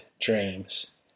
Dreams